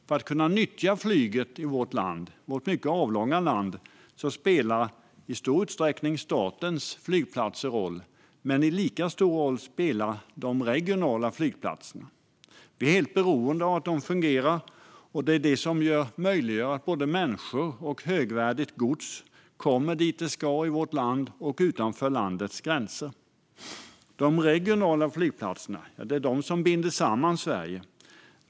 För att kunna nyttja flyget i vårt mycket avlånga land spelar statens flygplatser stor roll, men lika stor roll spelar de regionala flygplatserna. Vi är helt beroende av att de fungerar, och det är de som möjliggör att både människor och högvärdigt gods kommer dit de ska i vårt land och utanför landets gränser. De regionala flygplatserna binder samman Sverige.